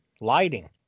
lighting